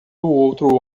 outro